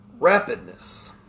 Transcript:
rapidness